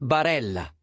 Barella